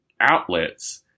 outlets